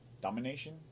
domination